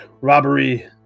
robbery